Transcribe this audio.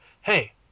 Hey